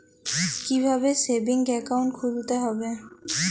কীভাবে savings account খুলতে হবে?